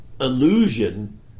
illusion